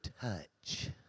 touch